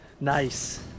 Nice